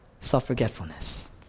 self-forgetfulness